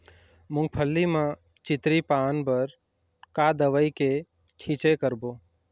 मूंगफली म चितरी पान बर का दवई के छींचे करबो?